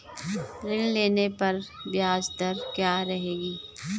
ऋण लेने पर ब्याज दर क्या रहेगी?